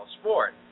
sport